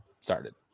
started